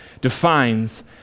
defines